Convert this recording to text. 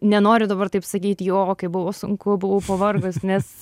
nenoriu dabar taip sakyt jo kaip buvo sunku buvau pavargus nes